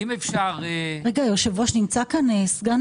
שהושמעו כאן,